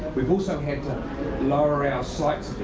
we've also had to lower our sights,